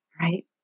right